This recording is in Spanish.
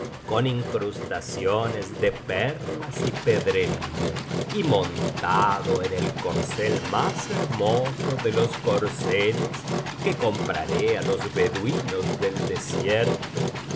con incrustaciones de perlas y pedrería y montado en el corcel más hernioso de los corceles que compraré á los beduinos del desierto ó